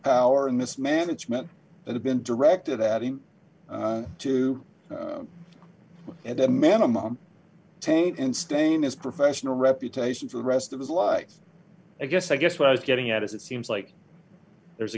power and mismanagement that have been directed at him to at a minimum taint and stand his professional reputation for the rest of his life i guess i guess what i was getting at is it seems like there's